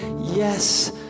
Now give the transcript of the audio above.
yes